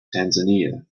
tanzania